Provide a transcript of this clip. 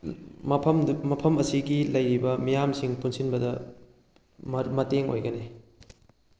ꯃꯐꯝꯗꯨ ꯃꯐꯝ ꯑꯁꯤꯒꯤ ꯂꯩꯔꯤꯕ ꯃꯤꯌꯥꯝꯁꯤꯡ ꯄꯨꯟꯁꯤꯟꯕꯗ ꯃꯇꯦꯡ ꯑꯣꯏꯒꯅꯤ